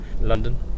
London